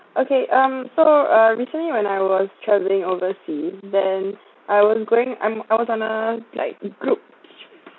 okay um so uh recently when I was travelling overseas then I was going I'm I was on a like group